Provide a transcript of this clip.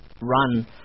run